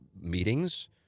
meetings